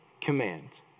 command